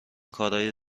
کارای